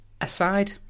aside